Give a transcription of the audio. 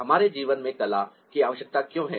हमारे जीवन में कला की आवश्यकता क्यों है